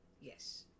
Yes